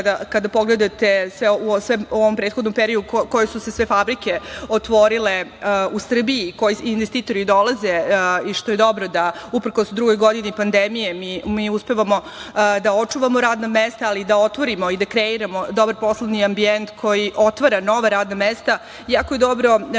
kada pogledate u ovom prethodnom periodu koje su se sve fabrike otvorile u Srbiji, koji investitori dolaze i što je dobro da uprkos drugoj godini pandemije mi uspevamo da očuvamo radna mesta, ali i da otvorimo i da kreiramo dobar poslovni ambijent koji otvara nova radna mesta, jako je dobro istaći